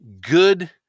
good